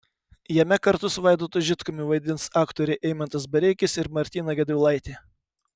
jame kartu su vaidotu žitkumi vaidins aktoriai eimantas bareikis ir martyna gedvilaitė